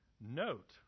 Note